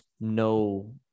no